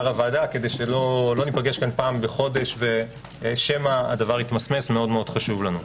הוועדה כדי שלא ניפגש פה פעם בחודש שמא הדבר יתמסמס מאוד חשוב לנו.